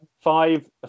five